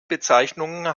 bezeichnungen